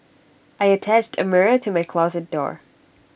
I attached A mirror to my closet door